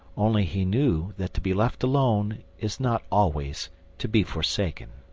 only he knew that to be left alone is not always to be forsaken.